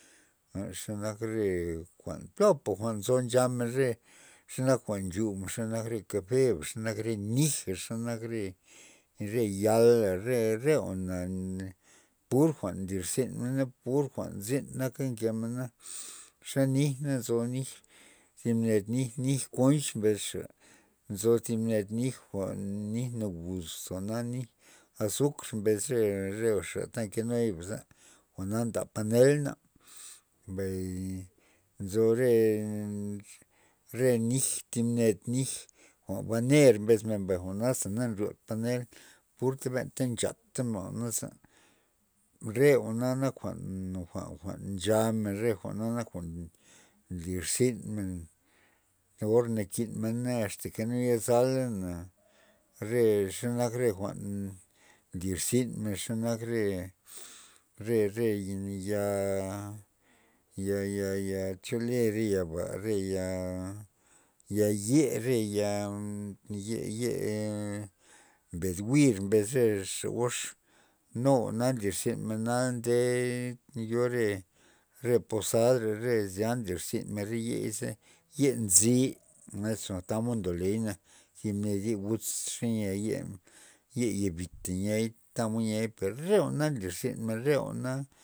Jwa'n xenak re jwa'n plopa jwa'n nzo nchamen re xenak jwa'n nchumen xenak re kafeba xenak re nija xenak re- re yala re- re konch mbesxa nzo thib ned nij jwa'n nij naguz jwa'na nij azuk mbes re re xa ta nkenuy ba jwa'na nda panel za mbay nzo re nij thib nen nij jwa'n baner mbes mbay jwa'na na nryod panel pur benta nchatamena jwa'naza re jwa'na nak jwa'n- jwa'n nchamen re jwa'na naj jwa'n nlirzynmen or nakinmena asta ke na yazala na re xe nak jwa'n nlirz men xenak re- re- re ya- ya- ya chole re yaba ya- ya ye re ya- ye- ye mbed jwi'r mbes re xa gox nu jwa'na nlir zynmen na nde yo re re posasdre re zya nlirzymena re yeiza ye nzi eso tamod ndoley na thi mned ye guz xe nya ye- ye yabita niay tamod niay per jwa'na nlirzynmen re jwa'na.